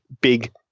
big